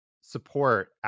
support